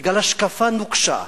בגלל השקפה נוקשה,